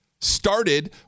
started